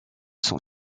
sont